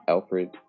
Alfred